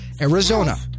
Arizona